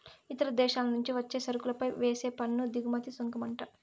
ఇతర దేశాల నుంచి వచ్చే సరుకులపై వేసే పన్ను దిగుమతి సుంకమంట